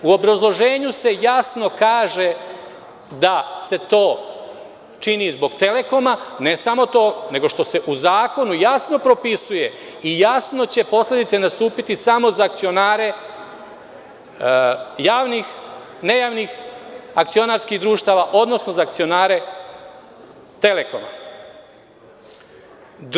U obrazloženju se jasno kaže da se to čini zbog „Telekoma“, ne samo to, nego što se u Zakonu jasno propisuje i jasno će posledice nastupiti samo za akcionare javnih, nejavnih akcionarskih društava, odnosno za akcionare „Telekoma“